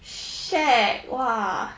shag !wah!